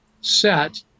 set